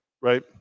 right